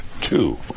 Two